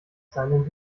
seinen